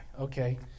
Okay